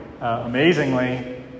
amazingly